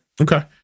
Okay